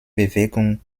bewegung